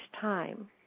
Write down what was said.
time